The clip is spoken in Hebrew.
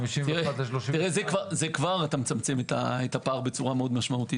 זה כבר אתה מצמצם את הפער משמעותית.